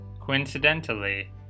Coincidentally